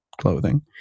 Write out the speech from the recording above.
clothing